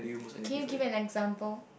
can you give an example